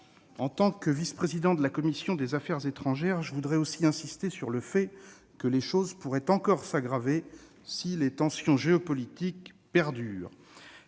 En tant que vice-président de la commission des affaires étrangères, j'insiste aussi sur le fait que la situation pourrait encore s'aggraver si les tensions géopolitiques perduraient,